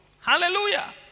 hallelujah